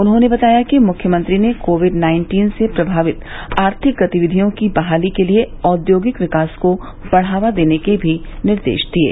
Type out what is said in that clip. उन्होंने बताया कि मुख्यमंत्री ने कोविड नाइन्टीन से प्रभावित आर्थिक गतिविधियों की बहाली के लिए औद्योगिक विकास को बढ़ावा देने के भी निर्देश दिये